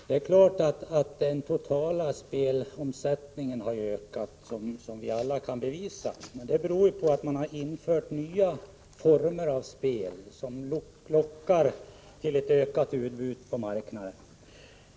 Herr talman! Jag vill bara kort kommentera Paul Janssons inlägg. Det är klart att den totala spelomsättningen har ökat, det kan vi alla se, men det beror på att man infört nya former av spel, som lockar till ett ökat utbud på marknaden.